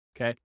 okay